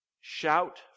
Shout